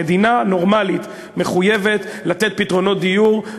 מדינה נורמלית מחויבת לתת פתרונות דיור,